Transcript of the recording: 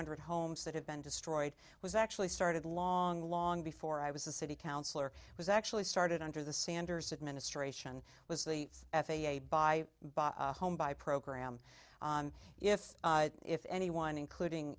hundred homes that have been destroyed was actually started long long before i was a city councilor was actually started under the sanders administration was the f a a by by home by program if if anyone including